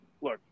Look